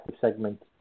segment